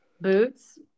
Boots